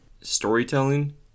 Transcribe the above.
storytelling